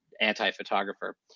anti-photographer